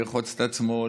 לרחוץ את עצמו,